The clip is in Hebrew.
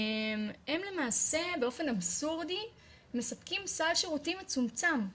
הם למעשה באופן אבסורדי מספקים סל שירותים מצומצם,